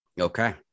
Okay